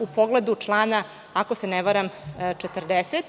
u pogledu člana 40.